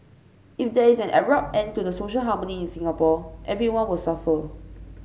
if there is an abrupt end to the social harmony in Singapore everyone will suffer